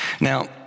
Now